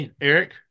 eric